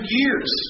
years